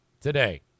today